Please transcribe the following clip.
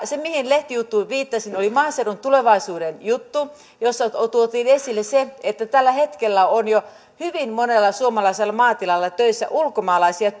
se lehtijuttu mihin viittasin oli maaseudun tulevaisuuden juttu jossa tuotiin esille se että tällä hetkellä on jo hyvin monella suomalaisella maatilalla töissä ulkomaalaisia